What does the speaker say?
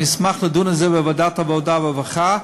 אני אשמח לדון על זה בוועדת העבודה והרווחה,